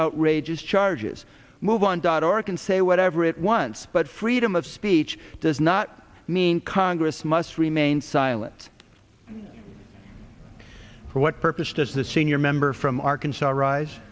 outrageous charges move on dot org and say whatever it wants but freedom of speech does not mean congress must remain silent for what purpose does the senior member from arkansas rise